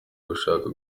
gushaka